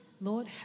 Lord